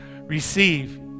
receive